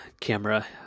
camera